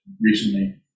recently